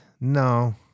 no